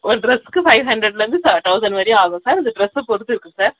ஒரு ட்ரெஸ்க்கு ஃபைவ் ஹண்ட்ரட்டில் இருந்து தவுசன்ட் வரையும் ஆகும் சார் அந்த ட்ரெஸ் பொறுத்து இருக்கு சார்